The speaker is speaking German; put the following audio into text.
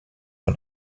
von